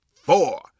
four